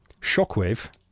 shockwave